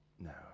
No